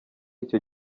icyo